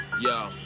Yo